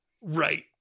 Right